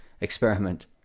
experiment